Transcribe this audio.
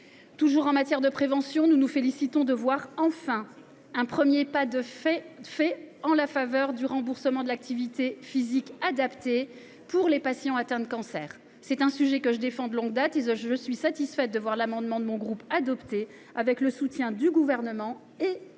Toujours en matière de prévention, nous nous félicitons de voir enfin un premier pas fait en faveur du remboursement de l’activité physique adaptée pour les patients atteints de cancer. C’est un sujet que je défends de longue date, et je suis satisfaite de voir l’amendement de notre groupe adopté, avec le soutien du Gouvernement et de la commission.